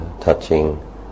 touching